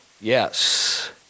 Yes